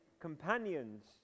Companions